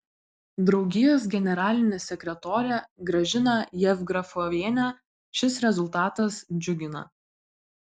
draugijos generalinę sekretorę gražiną jevgrafovienę šis rezultatas džiugina